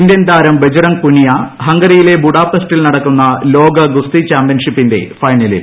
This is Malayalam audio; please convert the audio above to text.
ഇന്ത്യൻ താരം ബജ്റംഗ് പുനിയ ഹംഗറിയിലെ ബുഡാപെസ്റ്റിൽ നടക്കുന്ന ലോക ഗുസ്തി ചാമ്പ്യൻഷിപ്പിന്റെ ഫൈനലിൽ